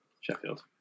Sheffield